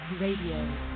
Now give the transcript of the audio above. Radio